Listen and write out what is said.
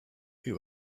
who